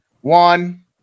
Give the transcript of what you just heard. One